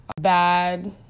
bad